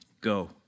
go